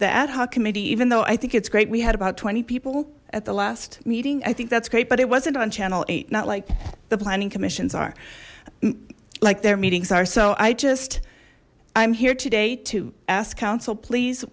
hoc even though i think it's great we had about twenty people at the last meeting i think that's great but it wasn't on channel eight not like the planning commission's are like their meetings are so i just i'm here today to ask counsel please